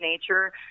nature